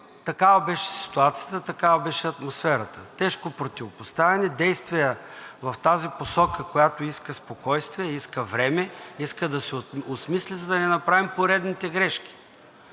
такава беше ситуацията, такава беше атмосферата – тежко противопоставяне, действия в тази посока, която иска спокойствие, иска време, иска да се осмисли, за да не направим поредните грешки,